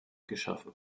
geschaffen